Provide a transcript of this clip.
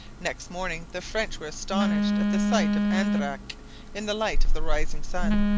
next morning the french were astonished at the sight of andaraque in the light of the rising sun.